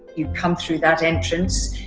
you come through that entrance.